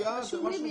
רשום לי.